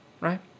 right